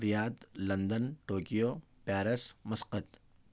Riyadh London Tokyo Paris Muscat